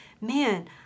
man